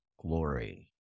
glory